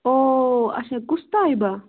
او اَچھا کُس طیبہ